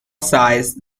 size